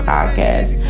Podcast